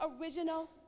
original